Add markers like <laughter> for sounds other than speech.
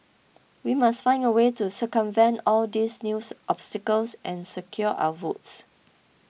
we must find a way to circumvent all these new <unintelligible> obstacles and secure our votes